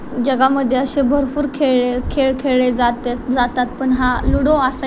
जगामध्ये असे भरपूर खेळ खेळ खेळले जातेत जातात पण हा लुडो असा एक